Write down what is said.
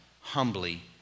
humbly